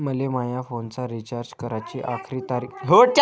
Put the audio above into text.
मले माया फोनचा रिचार्ज कराची आखरी तारीख कोनची हाय, हे कस पायता येईन?